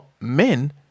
men